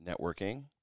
networking